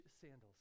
sandals